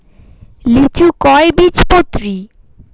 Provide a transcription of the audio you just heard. লিচু কয় বীজপত্রী?